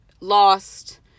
lost